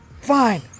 Fine